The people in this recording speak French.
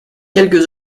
quelques